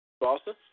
Boston